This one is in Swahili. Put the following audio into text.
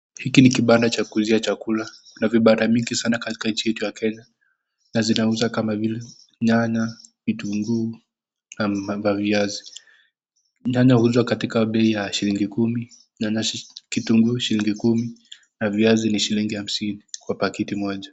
Hiki ni kibanda cha kuuzia chakula na kuna vibanda mingi sana katika nchi yetu ya kenya na zinauza kama vile nyanya, kitunguu na viazi. Nyanya huuzwa katika bei ya shilingi kumi, kitunguu kumi na viazi ni shilingi hamsini kwa pakiti moja.